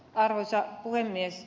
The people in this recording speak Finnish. arvoisa puhemies